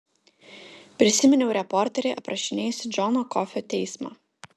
prisiminiau reporterį aprašinėjusį džono kofio teismą